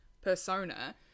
persona